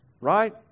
Right